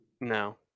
No